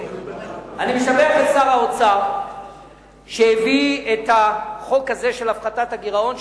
אני משבח את שר האוצר שהביא את החוק הזה של הפחתת הגירעון,